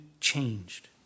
changed